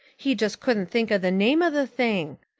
he just couldn't think of the name of the thing.